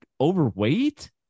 overweight